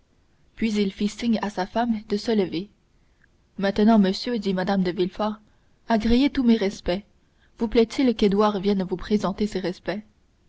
puis il fit signe à sa femme de se lever maintenant monsieur dit mme de villefort agréez tous mes respects vous plaît-il qu'édouard vienne vous présenter ses respects